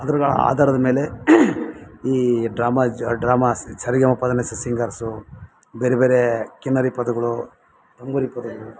ಅದ್ರಗಳ ಆಧಾರದ ಮೇಲೆ ಈ ಡ್ರಾಮಾಜ್ ಡ್ರಾಮಾಸ್ ಸರಿಗಮ ಪದನಿಸ ಸಿಂಗರ್ಸು ಬೇರೆ ಬೇರೆ ಕಿನ್ನರಿ ಪದಗಳು ತಂಬೂರಿ ಪದಗಳು